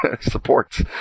supports